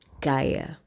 Gaia